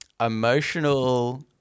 emotional